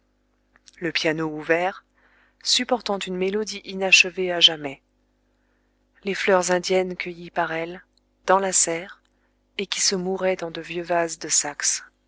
le piano ouvert supportant une mélodie inachevée à jamais les fleurs indiennes cueillies par elle dans la serre et qui se mouraient dans de vieux vases de saxe